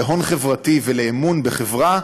להון חברתי ולאמון בחברה,